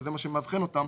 וזה מה שמאבחן אותם,